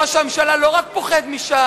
ראש הממשלה לא רק פוחד מש"ס,